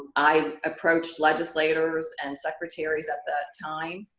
i approached legislators and secretaries at that time.